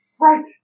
Right